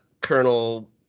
Colonel